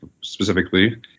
specifically